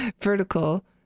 vertical